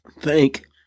Thank